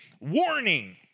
warning